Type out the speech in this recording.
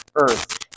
earth